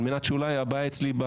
אולי הבעיה אצלי,